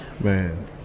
Man